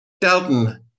Dalton